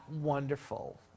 wonderful